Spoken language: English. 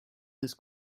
this